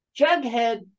Jughead